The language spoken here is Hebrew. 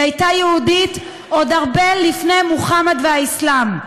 היא הייתה יהודית עוד הרבה לפני מוחמד והאסלאם,